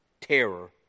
Terror